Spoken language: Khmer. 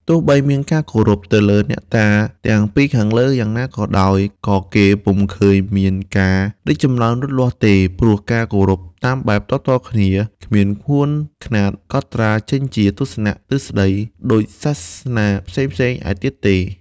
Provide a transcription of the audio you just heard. ទោះបីមានការគោរពទៅលើអ្នកតាទាំងពីរខាងលើយ៉ាងណាក៏ដោយ ក៏គេពុំឃើញមានការរីកចម្រើនលូតលាស់ទេ ព្រោះការគោរពតាមបែបតៗគ្នា គ្មានក្បួនខ្នាតកត់ត្រារចេញជាទស្សនៈ ទ្រឹស្តី ដូចសាសនាផ្សេងៗឯទៀតទេ។